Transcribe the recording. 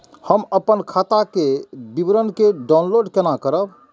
हम अपन खाता के विवरण के डाउनलोड केना करब?